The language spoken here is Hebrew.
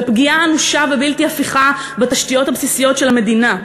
בפגיעה האנושה והבלתי-הפיכה בתשתיות הבסיסיות של המדינה?